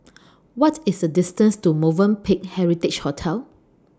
What IS The distance to Movenpick Heritage Hotel